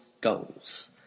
goals